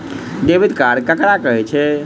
Debit card ककरा कहै छै?